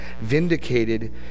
vindicated